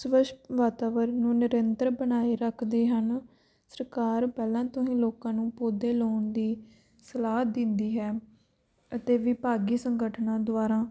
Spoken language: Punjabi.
ਸ਼ਵੱਛ ਵਾਤਾਵਰਨ ਨੂੰ ਨਿਰੰਤਰ ਬਣਾਏ ਰੱਖਦੇ ਹਨ ਸਰਕਾਰ ਪਹਿਲਾਂ ਤੋਂ ਹੀ ਲੋਕਾਂ ਨੂੰ ਪੌਦੇ ਲਾਉਣ ਦੀ ਸਲਾਹ ਦਿੰਦੀ ਹੈ ਅਤੇ ਵਿਭਾਗੀ ਸੰਗਠਨਾਂ ਦੁਆਰਾ